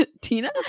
Tina